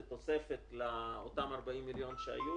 זה תוספת לאותם 40 מיליון שהיו